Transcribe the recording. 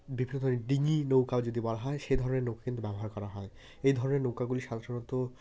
বিভিন্ন ধরনের ডিঙি নৌকা যদি বলা হয় সেই ধরনের নৌকা কিন্তু ব্যবহার করা হয় এই ধরনের নৌকাগুলি সাধারণত